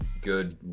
good